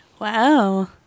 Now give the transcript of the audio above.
Wow